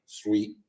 sweet